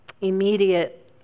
immediate